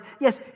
Yes